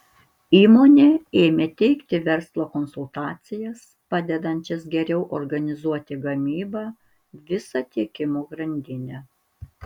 įmonė ėmė teikti verslo konsultacijas padedančias geriau organizuoti gamybą visą tiekimo grandinę